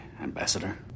Ambassador